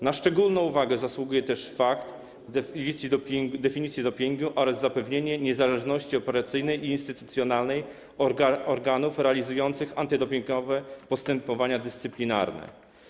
Na szczególną uwagę zasługuje też definicja dopingu oraz zapewnienie niezależności operacyjnej i instytucjonalnej organów realizujących antydopingowe postępowania dyscyplinarne.